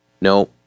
No